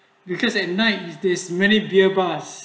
because at night is there's many beer bars